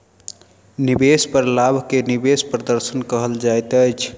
निवेश पर लाभ के निवेश प्रदर्शन कहल जाइत अछि